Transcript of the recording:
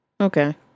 Okay